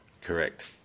Correct